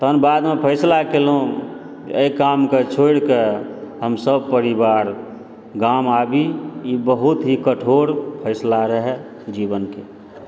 तहन बादमे फैसला केलहुँ जे एहि कामकेँ छोड़िकऽ हम सब परिवार गाम आबी ई बहुत ही कठोर फैसला रहए जीवनके